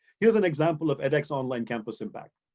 here's an example of edx online campus impact.